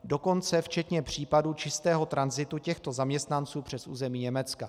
Dokonce včetně případů čistého tranzitu těchto zaměstnanců přes území Německa.